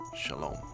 shalom